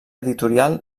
editorial